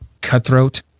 cutthroat